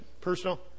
personal